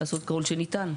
לעשות כול שניתן.